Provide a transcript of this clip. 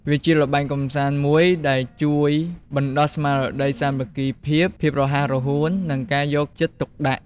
វាជាល្បែងកម្សាន្តមួយដែលជួយបណ្តុះស្មារតីសាមគ្គីភាព ភាពរហ័សរហួន និងការយកចិត្តទុកដាក់។